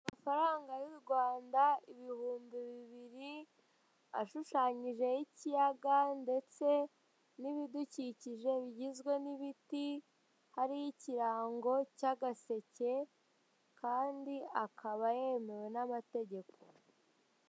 Amafaranga yu Rwanda ibihumbi bibiri ashushanyijeho ikiyaga ndetse n'ibidukikije bigizwe n'ibiti hariho ikirango cy'agasheke kandi akaba yemewe n'amategeko.